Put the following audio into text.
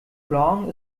blanc